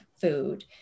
food